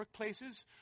workplaces